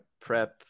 prep